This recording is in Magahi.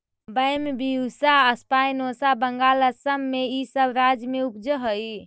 बैम्ब्यूसा स्पायनोसा बंगाल, असम इ सब राज्य में उपजऽ हई